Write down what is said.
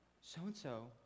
so-and-so